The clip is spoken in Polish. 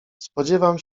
spodziewam